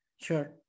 Sure